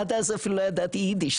עד אז אפילו לא ידעתי יידיש,